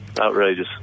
outrageous